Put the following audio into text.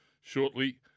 shortly